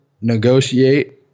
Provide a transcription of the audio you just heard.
negotiate